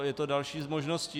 Je to další z možností.